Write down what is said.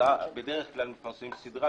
בדרך כלל מפרסמים סדרת